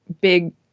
big